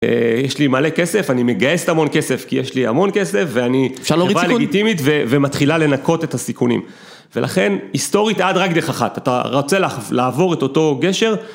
יש לי מלא כסף, אני מגייסת המון כסף, כי יש לי המון כסף ואני חברה לגיטימית ומתחילה לנקות את הסיכונים. ולכן היסטורית היה רק דרך אחת, אתה רוצה לעבור את אותו גשר.